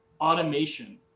Automation